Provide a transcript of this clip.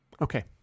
Okay